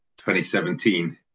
2017